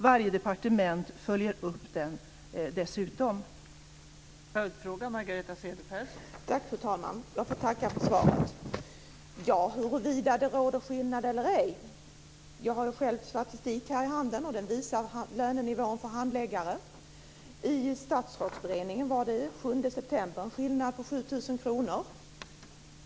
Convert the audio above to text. Varje departement följer dessutom upp den.